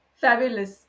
Fabulous